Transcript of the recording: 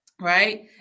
right